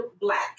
black